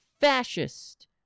fascist